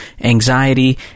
anxiety